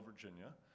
Virginia